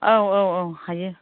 औ औ औ हायो